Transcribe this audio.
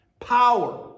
power